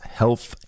health